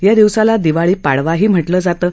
या दिवसाला दिवाळी पाडवाही म्हटलं जातं